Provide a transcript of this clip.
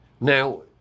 Now